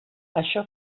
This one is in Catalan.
això